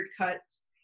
cuts